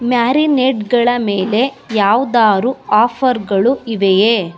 ಮ್ಯಾರಿನೇಡ್ಗಳ ಮೇಲೆ ಯಾವ್ದಾದ್ರೂ ಆಫರ್ಗಳು ಇವೆಯೇ